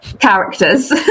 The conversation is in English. characters